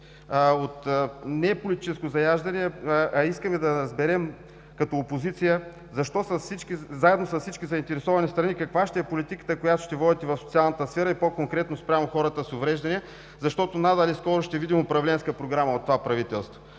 от неполитическо заяждане, а искаме да разберем като опозиция, заедно с всички заинтересовани страни, каква ще е политиката, която ще водите в социалната сфера и по-конкретно спрямо хората с увреждания, защото надали скоро ще видим управленска програма от това правителство.